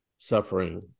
suffering